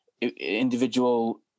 individual